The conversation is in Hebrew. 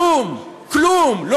כלום, כלום.